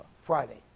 Friday